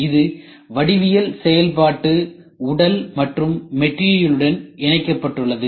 இது வடிவியல் செயல்பாட்டு உடல் மற்றும் மெட்டீரியல் உடன் இணைக்கப்பட்டுள்ளது